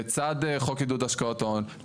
לצד חוק עידוד השקעות הון,